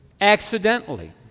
Accidentally